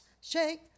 shake